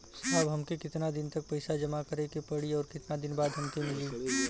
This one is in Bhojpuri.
साहब हमके कितना दिन तक पैसा जमा करे के पड़ी और कितना दिन बाद हमके मिली?